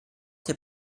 der